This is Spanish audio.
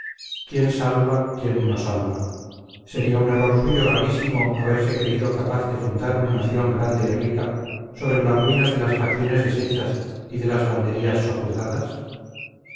quién salva quién no salva sería un error suyo gravísimo haberse creído capaz de fundar una nación grande y rica sobre las ruinas de las facciones deshechas y de las banderías sojuzgadas